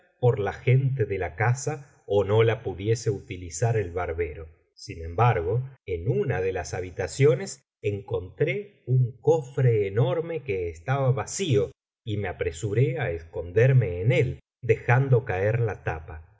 por la gente de la casa ó no la pudiese utilizar el barbero sin embargo en una de las habitaciones encontré un cofre enorme que estaba vacío y me apresuré á esconderme en él dejando caer la tapa